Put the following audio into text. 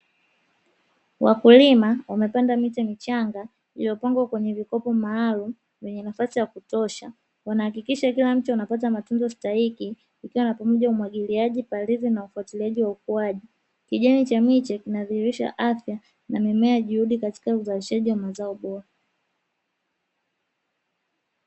Wakulima wamepanda miti michanga iliyo pangwa kwenye vikopo maalumu vyenye nafasi ya kutosha, wanahakikisha kila mche unapata matunzo stahiki ikiwa ni pamoja na umwagiliaji, upalilizi na ufuatiliaji wa ukuaji, kijani cha miche kinadhihirisha afya na mimea juhudi katika uzalishaji wa mazao bora.